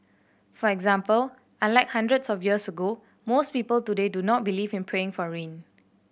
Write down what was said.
for example unlike hundreds of years ago most people today do not believe in praying for rain